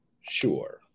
Sure